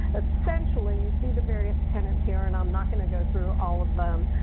essentially, you see the various tenants here, and i'm not going to go through all of them,